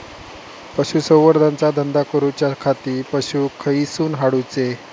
पशुसंवर्धन चा धंदा सुरू करूच्या खाती पशू खईसून हाडूचे?